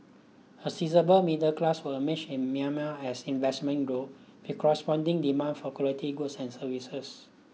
a seizable middle class will emerge in Myanmar as investment grow with corresponding demand for quality goods and services